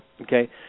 Okay